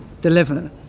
deliver